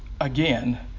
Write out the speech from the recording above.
again